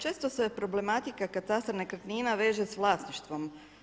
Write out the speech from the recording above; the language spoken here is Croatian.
Često se problematika katastra nekretnina veže sa vlasništvom.